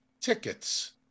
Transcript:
tickets